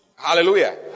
hallelujah